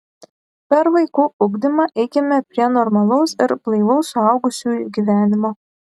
per vaikų ugdymą eikime prie normalaus ir blaivaus suaugusiųjų gyvenimo